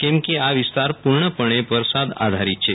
કેમ કે આ વિસ્તાર પૂર્ણપણે વરસાદ આધારીત છે